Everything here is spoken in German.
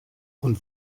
und